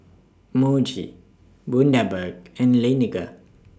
Muji Bundaberg and Laneige